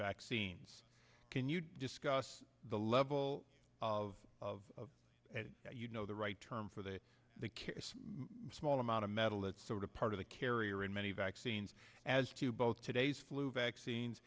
vaccines can you discuss the level of you know the right term for the care small amount of metal that's sort of part of the carrier in many vaccines as to both today's flu vaccines